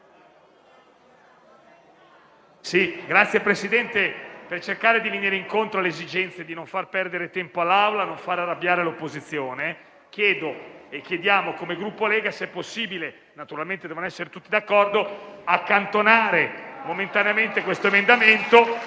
Signor Presidente, per cercare di venire incontro all'esigenza di non far perdere tempo all'Aula e di non fare arrabbiare l'opposizione, chiediamo, come Gruppo Lega, se possibile - naturalmente dobbiamo essere tutti d'accordo - di accantonare momentaneamente questo emendamento